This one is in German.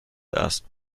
erst